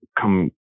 come